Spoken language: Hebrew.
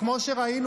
כמו שראינו,